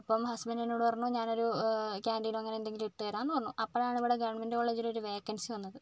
അപ്പം ഹസ്ബൻഡ് എന്നോട് പറഞ്ഞു ഞാൻ ഒരു ക്യാന്റീനോ അങ്ങനെ എന്തെങ്കിലും ഇട്ട് തരാം എന്ന് പറഞ്ഞു അപ്പോൾ ആണ് ഇവിടെ ഗവൺമെന്റ് കോളേജിലൊരു വേക്കൻസി വന്നത്